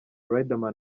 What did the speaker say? riderman